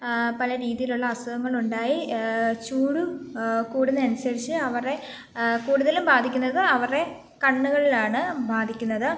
പല രീതിയിലുള്ള അസുഖങ്ങളുണ്ടായി ചൂട് കൂടുന്ന അനുസരിച്ച് അവരെ കൂടുതലും ബാധിക്കുന്നത് അവരുടെ കണ്ണുകളിലാണ് ബാധിക്കുന്നത്